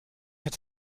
had